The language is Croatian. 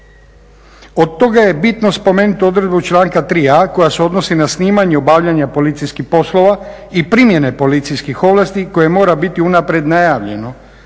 Od toga je bitno spomenuti odredbu članka 3.a koja se odnosi na snimanje obavljanje policijskih poslova i primjene policijskih ovlasti koje mora biti unaprijed najavljeno,